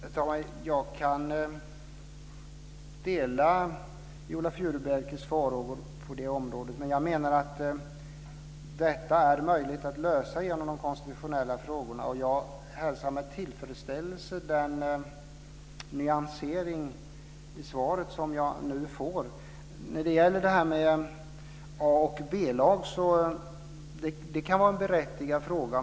Herr talman! Jag kan dela Viola Furubjelkes farhågor på det området. Men jag menar att detta är möjligt att lösa genom de konstitutionella frågorna, och jag hälsar med tillfredsställelse den nyansering i svaret som jag nu får. Detta med A och B-lag kan vara en berättigad fråga.